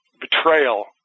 betrayal